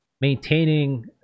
maintaining